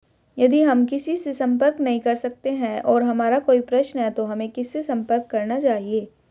यदि हम किसी से संपर्क नहीं कर सकते हैं और हमारा कोई प्रश्न है तो हमें किससे संपर्क करना चाहिए?